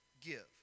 give